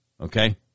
Okay